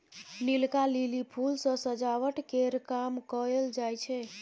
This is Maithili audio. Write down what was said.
नीलका लिली फुल सँ सजावट केर काम कएल जाई छै